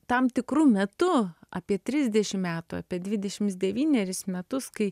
tam tikru metu apie trisdešim metų apie dvidešims devyneris metus kai